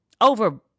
over